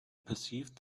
perceived